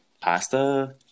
Pasta